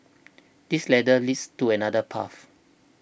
this ladder leads to another path